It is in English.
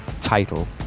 title